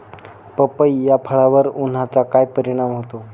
पपई या फळावर उन्हाचा काय परिणाम होतो?